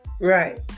right